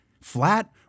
flat